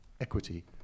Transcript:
equity